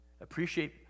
Appreciate